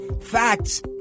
facts